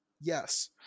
Yes